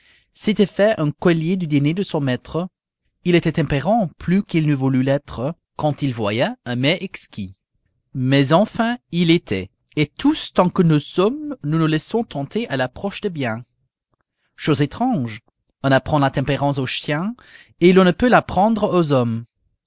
s'était fait un collier du dîné de son maître il était tempérant plus qu'il n'eût voulu l'être quand il voyait un mets exquis mais enfin il l'était et tous tant que nous sommes nous nous laissons tenter à l'approche des biens chose étrange on apprend la tempérance aux chiens et l'on ne peut l'apprendre aux hommes